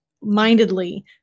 Mindedly